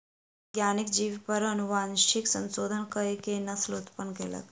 वैज्ञानिक जीव पर अनुवांशिक संशोधन कअ के नस्ल उत्पन्न कयलक